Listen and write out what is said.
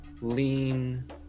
lean